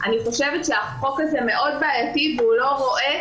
אני חושבת שהחוק הזה מאוד בעייתי והוא לא רואה